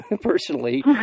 personally